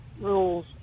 rules